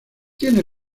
tiene